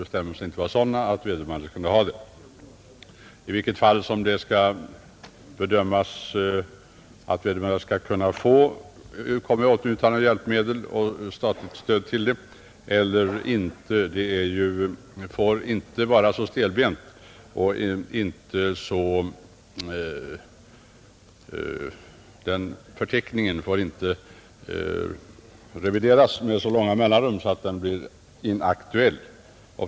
Bedömningen av om en handikappad skall kunna erhålla statligt stöd till hjälpmedel eller inte får inte vara stelbent, och förteckningen över sådana hjälpmedel får inte revideras med så långa mellanrum att den blir inaktuell.